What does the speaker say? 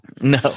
No